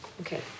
Okay